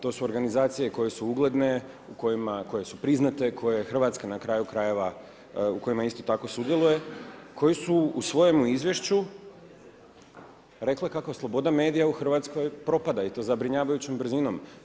To su organizacije koje su ugledne, koje su priznate, koje Hrvatska na kraju krajeva, u kojima isto tako sudjeluje, koji su u svojemu izvješću rekle kako sloboda medija u Hrvatskoj propada i to zabrinjavajućom brzinom.